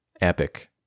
epic